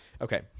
Okay